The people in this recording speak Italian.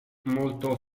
molto